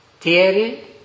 theory